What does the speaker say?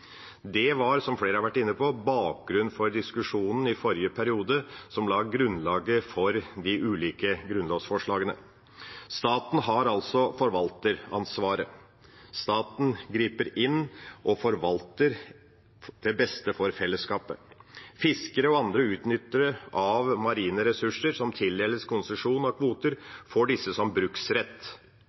Det var, som flere har vært inne på, bakgrunnen for diskusjonen i forrige periode, som la grunnlaget for de ulike grunnlovsforslagene. Staten har altså forvalteransvaret. Staten griper inn og forvalter til beste for fellesskapet. Fiskere og andre utnyttere av marine ressurser som tildeles konsesjoner og kvoter, får disse som bruksrett